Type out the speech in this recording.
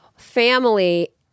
family